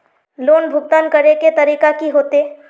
Loan भुगतान करे के तरीका की होते?